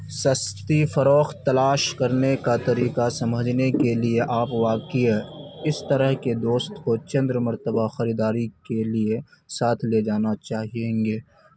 سستی فروخت تلاش کرنے کا طریقہ سمجھنے کے لیے آپ واقعی اس طرح کے دوست کو چند مرتبہ خریداری کے لیے ساتھ لے جانا چاہیں گے